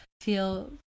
feel